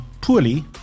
poorly